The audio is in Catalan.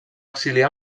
exiliar